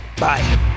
Bye